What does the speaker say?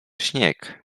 śnieg